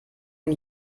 and